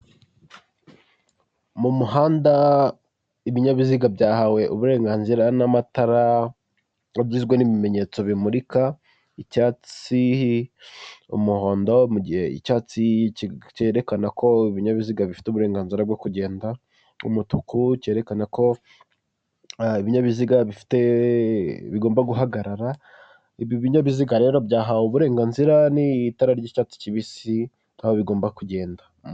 Mu muhanda ibinyabiziga byahawe uburenganzira n'amatara agizwe n'ibimenyetso bimurika icyatsi, umuhondo, mu mugihe icyatsi cyerekana ko ibinyabiziga bifite uburenganzira bwo kugenda, umutuku, cyerekana ko ibinyabiziga bifite bigomba guhagarara, ibi binyabiziga rero byahawe uburenganzira n'itara ry'icyatsi kibisi naho bigomba kugenda.